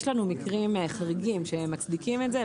יש לנו מקרים חריגים שמצדיקים את זה.